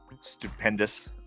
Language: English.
stupendous